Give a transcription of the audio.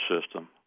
system